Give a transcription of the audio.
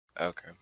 Okay